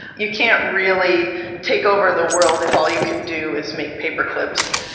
you can't really take over the world if all you can do is make paperclips.